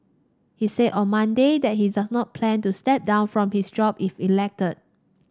he said on Monday that he does not plan to step down from his job if elected